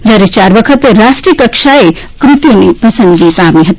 જ્યારે ચાર વખત રાષ્ટ્રીય કક્ષાએ ક્રતિઓ પસંદગી પામી હતી